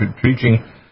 preaching